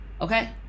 Okay